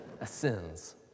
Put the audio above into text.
ascends